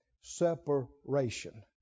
Separation